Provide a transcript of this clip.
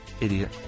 Idiot